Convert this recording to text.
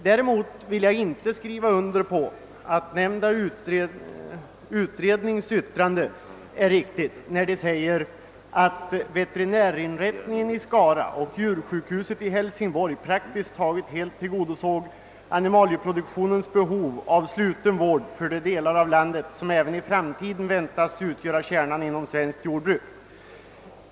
Däremot vill jag inte skriva under på att den angivna utredningens yttrande är riktigt när det påstås att veterinärinrättningen i Skara och djursjukhuset i Hälsingborg praktiskt taget helt tillgodoser animalieproduktionens behov av sluten vård för de delar av landet som även i framtiden väntas utgöra kärnan inom svenskt jordbruk.